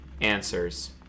answers